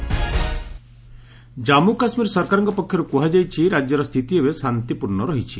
JK normalcy Jammu Kashmir ସରକାରଙ୍କ ପକ୍ଷରୁ କୁହାଯାଇଛି ରାଜ୍ୟର ସ୍ଥିତି ଏବେ ଶାନ୍ତିପୂର୍ଣ୍ଣ ରହିଛି